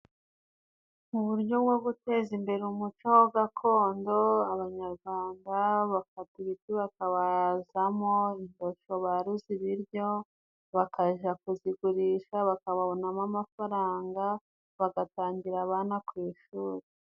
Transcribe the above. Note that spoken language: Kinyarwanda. Mu buryo bwo guteza imbere umuco gakondo, abanyarwanda bafata ibiti bakabazamo indosho baruza ibiryo bakajya kuzigurisha, bakabonamo amafaranga bagatangira abana ku ishuri.